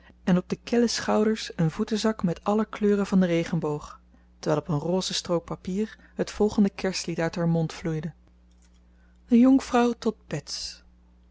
en op de kille schouders een voetenzak met alle kleuren van den regenboog terwijl op een rose strook papier het volgende kerstlied uit haar mond vloeide de jonkvrouw tot bets